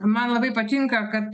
man labai patinka kad